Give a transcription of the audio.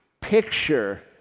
picture